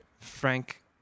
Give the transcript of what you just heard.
Frank